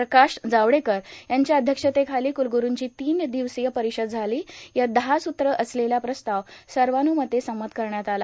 प्रकाश जावडेकर यांच्या अध्यक्षतेखाली कुलगुरुंची तीन दिवसीय परिषद झाली यात दहा स्त्रे असलेला प्रस्ताव सर्वान्रमते संमत करण्यात आला